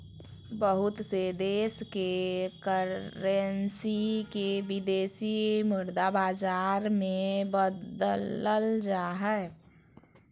बहुत से देश के करेंसी के विदेशी मुद्रा बाजार मे बदलल जा हय